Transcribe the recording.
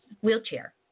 wheelchair